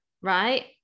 Right